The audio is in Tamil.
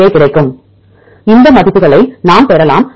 ஜே கிடைக்கும் இந்த மதிப்புகளை நாம் பெறலாம்